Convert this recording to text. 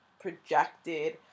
projected